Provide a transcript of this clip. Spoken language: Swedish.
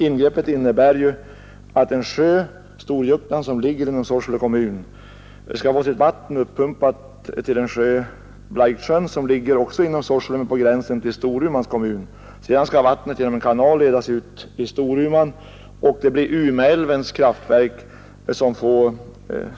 Ingreppet innebär ju att sjön Storjuktan som ligger inom Sorsele kommun skall få sitt vatten uppumpat till Blaiksjön som också ligger inom Sorsele men på gränsen till Storumans kommun. Sedan skall vattnet genom en kanal ledas ut till Storuman, och det blir Ume älvs kraftverk som får